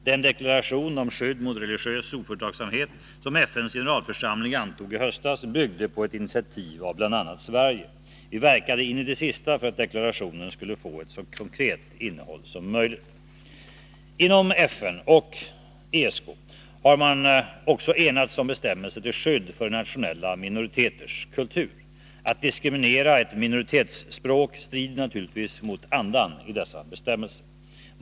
Den deklaration om skydd mot religiös ofördragsamhet som FN:s generalförsamling antog i höstas gick tillbaka på ett initiativ av bl.a. Sverige, och vi verkade in i det sista för att deklarationen skulle få ett så konkret innehåll som möjligt. Inom FN och ESK har man också enats om bestämmelser till skydd för internationella minoriteters kultur. Att diskriminera ett minoritetsspråk strider naturligtvis mot andan i dessa bestämmelser.